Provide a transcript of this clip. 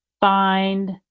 find